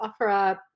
OfferUp